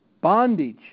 Bondage